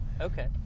Okay